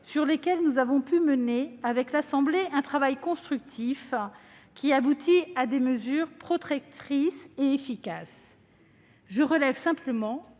sur lesquels nous avons pu mener avec l'Assemblée nationale un travail constructif qui a abouti à des mesures protectrices et efficaces. Je relèverai simplement